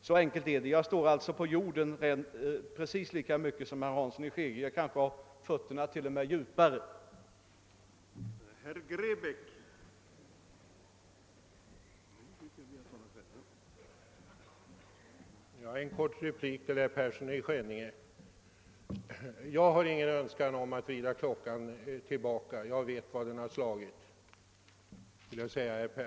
Så enkelt är det. Jag står alltså på jorden precis lika mycket som herr Hansson i Skegrie — jag har kanske till och med fötterna litet djupare i marken.